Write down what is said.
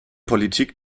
politik